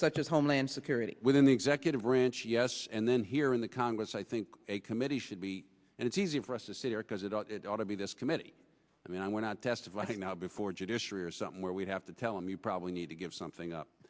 such as homeland security within the executive branch yes and then here in the congress i think a committee should be and it's easy for us to sit here because it ought to be this committee i mean we're not tested like now before judiciary or something where we have to tell him you probably need to give something up